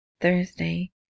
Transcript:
Thursday